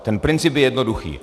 Ten princip je jednoduchý.